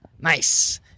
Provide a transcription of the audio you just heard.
Nice